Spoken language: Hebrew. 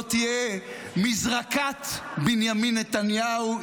לא תהיה מזרקת בנימין נתניהו.